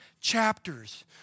chapters